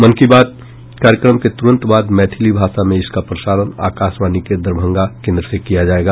मन की बात कार्यक्रम के तुरंत बाद मैथिली भाषा में इसका प्रसारण आकाशवाणी के दरभंगा केन्द्र से किया जायेगा